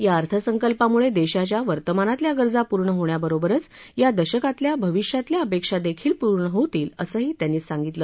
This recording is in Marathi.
या अर्थसंकल्पामुळे देशाच्या वर्तमानातल्या गरजा पूर्ण होण्याबरोबरच या दशकातल्या भविष्यातल्या अपेक्षा देखील पूर्ण होतील असं ते म्हणाले